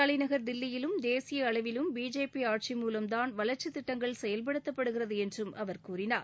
தலைநகர் தில்லியிலும் தேசிய அளவிலும் பிஜேபி ஆட்சி மூலம் தான் வளர்ச்சித் திட்டங்கள் செயல்படுத்தப்படுகிறது என்றும் அவர் கூறினார்